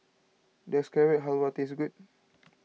does Carrot Halwa taste good